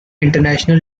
international